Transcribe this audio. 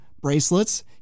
bracelets